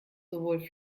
sowohl